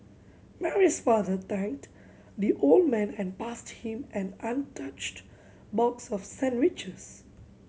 Mary's father thanked the old man and passed him an untouched box of sandwiches